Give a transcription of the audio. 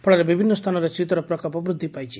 ଫଳରେ ବିଭିନ୍ନ ସ୍ଚାନରେ ଶୀତର ପ୍ରକୋପ ବୃଦ୍ଧି ପାଇଛି